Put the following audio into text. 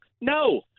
No